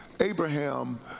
Abraham